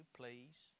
please